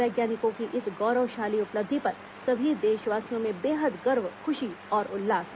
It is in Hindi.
वैज्ञानिकों की इस गौरवशाली उपलब्धि पर सभी देशवासियों में बेहद गर्व खुशी और उल्लास है